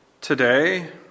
today